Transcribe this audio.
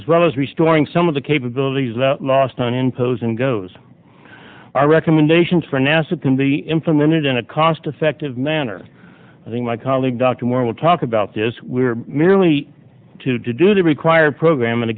as well as restoring some of the capabilities that are lost on imposing goes our recommendations for nasa can be implemented in a cost effective manner i think my colleague dr moore will talk about this we were merely to do the required program and